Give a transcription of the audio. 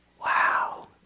Wow